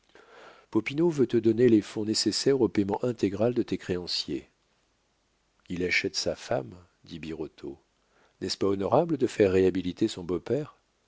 veut te donner les fonds nécessaires au paiement intégral de tes créanciers il achète sa femme dit birotteau n'est-ce pas honorable de faire réhabiliter son beau-père